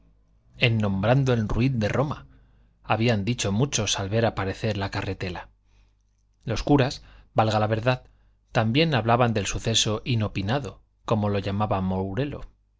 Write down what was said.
en nombrando el ruin de roma habían dicho muchos al ver aparecer la carretela los curas valga la verdad también hablaban del suceso inopinado como lo llamaba mourelo